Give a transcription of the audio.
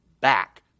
back